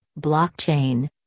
blockchain